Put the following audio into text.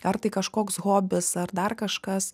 ar tai kažkoks hobis ar dar kažkas